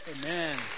Amen